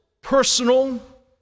personal